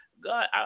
God